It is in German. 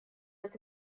das